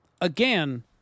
again